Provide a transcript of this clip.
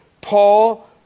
Paul